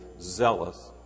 zealous